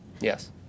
yes